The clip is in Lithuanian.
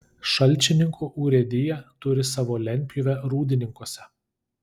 šalčininkų urėdija turi savo lentpjūvę rūdininkuose